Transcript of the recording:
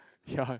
ya